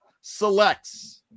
selects